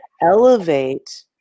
elevate